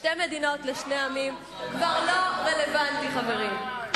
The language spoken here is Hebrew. "שתי מדינות לשני עמים" כבר לא רלוונטי, חברים.